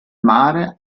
mare